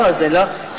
אבל זו לא הצעת חוק.